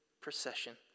procession